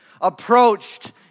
approached